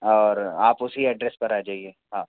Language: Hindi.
और आप उसी एड्रेस पर आ जाइए हाँ